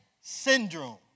syndrome